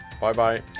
Bye-bye